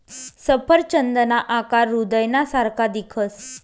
सफरचंदना आकार हृदयना सारखा दिखस